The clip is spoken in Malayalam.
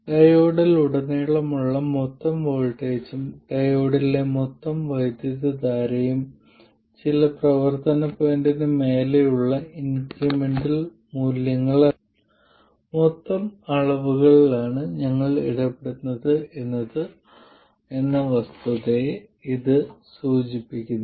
ഡയോഡിലുടനീളമുള്ള മൊത്തം വോൾട്ടേജും ഡയോഡിലെ മൊത്തം വൈദ്യുതധാരയും ചില പ്രവർത്തന പോയിന്റിന് മേലുള്ള ഇൻക്രിമെന്റൽ മൂല്യങ്ങളല്ല മൊത്തം അളവുകളിലാണ് ഞങ്ങൾ ഇടപെടുന്നത് എന്ന വസ്തുതയെ ഇത് സൂചിപ്പിക്കുന്നു